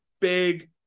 big